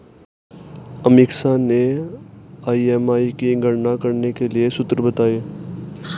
अमीषा ने ई.एम.आई की गणना करने के लिए सूत्र बताए